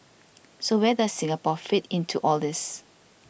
so where does Singapore fit into all this